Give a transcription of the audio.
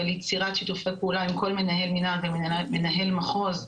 וליצירת שיתופי פעולה עם כל מנהל מינהל ומנהל מחוז,